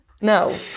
No